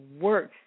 works